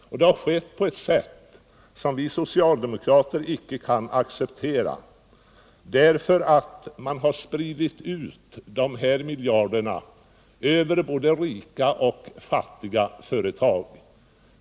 Detta har skett på ett sätt som vi socialdemokrater icke kan acceptera. Man har nämligen spritt ut dessa miljarder över både rika och fattiga företag.